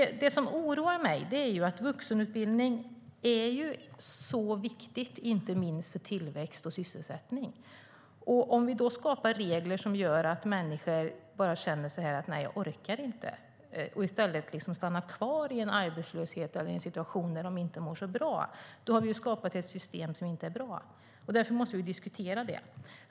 Det som oroar mig är att vuxenutbildning är så viktig, inte minst för tillväxt och sysselsättning. Om vi då skapar regler som gör att människor känner att de inte orkar och att de i stället stannar kvar i arbetslöshet eller i en situation där de inte mår bra, då har vi skapat ett system som inte är bra. Därför måste vi diskutera det.